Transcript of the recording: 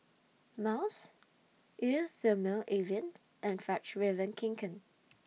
Miles Eau Thermale Avene and Fjallraven Kanken